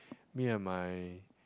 me and my